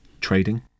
trading